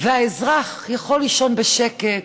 והאזרח יכול לישון בשקט,